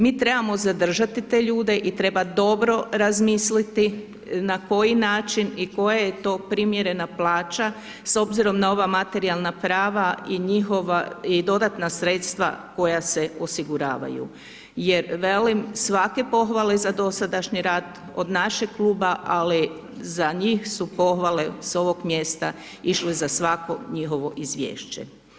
Mi trebamo zadržati te ljude i treba dobro razmisliti na koji način i koje je to primjerena plaća s obzirom na ova materijalna prava i dodatna sredstva koja se osiguravaju jer, velim, svake pohvale za dosadašnji rad od našeg kluba, ali za njih su pohvale s ovom mjesta išle za svako njihovo izvješće.